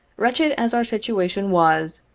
wretched as our situation was,